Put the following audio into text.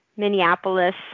Minneapolis